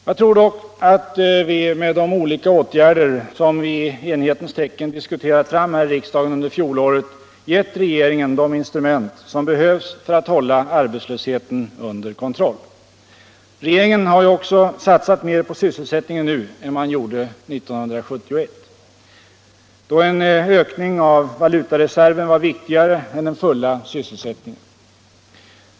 Jag tror dock att vi med de olika åtgärder som vi i enighetens tecken diskuterat fram här i riksdagen under fjolåret gett regeringen de instrument som behövs för att hålla arbetslösheten under kontroll. Regeringen har ju också satsat mer på sysselsättningen nu än man gjorde 1971, då en ökning av valutareserven var viktigare än den fulla sysselsättningen.